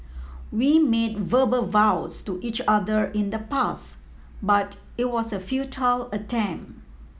we made verbal vows to each other in the past but it was a futile attempt